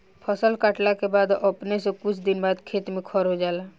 फसल काटला के बाद अपने से कुछ दिन बाद खेत में खर हो जाला